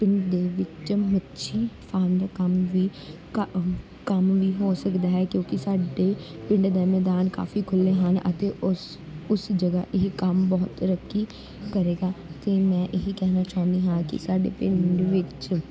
ਪਿੰਡ ਦੇ ਵਿਚ ਮੱਛੀ ਫਾਰਮ ਦਾ ਕੰਮ ਵੀ ਕ ਕੰਮ ਵੀ ਹੋ ਸਕਦਾ ਹੈ ਕਿਉਂਕਿ ਸਾਡੇ ਪਿੰਡ ਦਾ ਮੈਦਾਨ ਕਾਫੀ ਖੁੱਲੇ ਹਨ ਅਤੇ ਉਸ ਉਸ ਜਗਹਾ ਇਹ ਕੰਮ ਬਹੁਤ ਤਰੱਕੀ ਕਰੇਗਾ ਅਤੇ ਮੈਂ ਇਹੀ ਕਹਿਣਾ ਚਾਹੁੰਦੀ ਹਾਂ ਕਿ ਸਾਡੇ ਪਿੰਡ ਵਿੱਚ